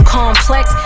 complex